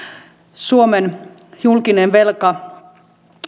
suomen julkinen velka